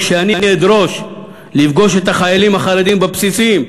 כשאני אדרוש לפגוש את החיילים החרדים בבסיסים,